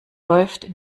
läuft